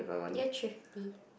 you're thrifty